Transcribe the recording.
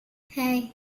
hey